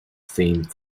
fame